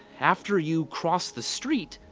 after you cross the street,